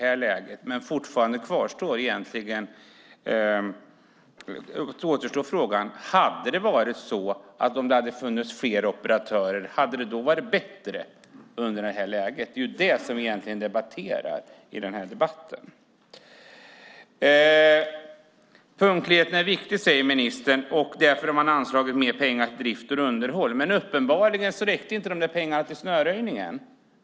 Frågan återstår om det i det här läget hade varit bättre om det hade funnits fler operatörer. Det är det som vi egentligen diskuterar i den här debatten. Punktligheten är viktig, säger ministern. Därför har man anslagit mer pengar till drift och underhåll. Men uppenbarligen räckte inte pengarna till snöröjningen.